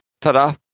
ta-da